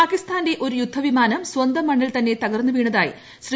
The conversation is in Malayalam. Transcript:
പാകിസ്ഥാന്റെ ഒരു യുദ്ധവിമാനം സ്വന്തം മണ്ണിൽ തന്നെ തകർന്ന് വീണതായി ശ്രീ